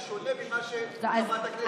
בשונה ממה שחברת הכנסת מאי גולן אומרת.